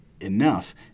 enough